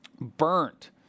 burnt